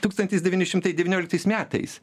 tūkstantis devyni šimtai devynioliktais metais